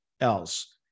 else